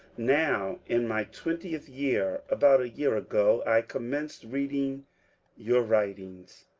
now in my twentieth year. about a year ago i commenced reading your writings.